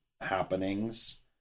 happenings